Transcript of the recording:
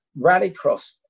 rallycross